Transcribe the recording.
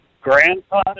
grandfather